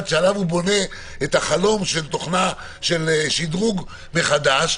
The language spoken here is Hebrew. שעליו הוא בונה את החלום של תוכנה של שדרוג מחדש,